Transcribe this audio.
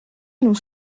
nous